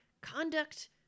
conduct